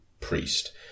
priest